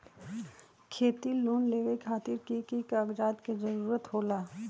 खेती लोन लेबे खातिर की की कागजात के जरूरत होला?